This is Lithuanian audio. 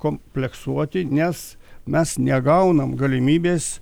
kompleksuoti nes mes negaunam galimybės